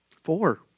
four